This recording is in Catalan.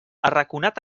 arraconat